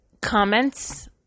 comments